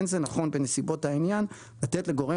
אין זה נכון בנסיבות העניין לתת לגורם